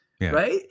right